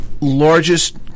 largest